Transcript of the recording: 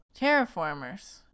terraformers